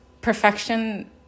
perfection